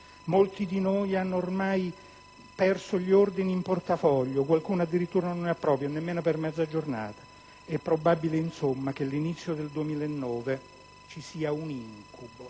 Molti di noi ormai hanno ordini in portafoglio per tre giorni, qualcuno addirittura non ne ha proprio, nemmeno per mezza giornata"». È probabile insomma che all'inizio del 2009 ci sarà un incubo,